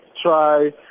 try